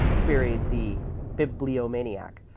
queried the bibliomaniac.